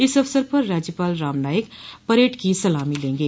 इस अवसर पर राज्यपाल राम नाईक परेड की सलामी लेंगे